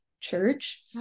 church